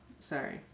Sorry